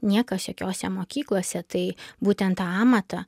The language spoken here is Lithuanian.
niekas jokiose mokyklose tai būtent tą amatą